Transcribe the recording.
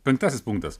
penktasis punktas